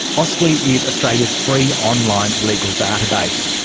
austlii is australia's free online legal database.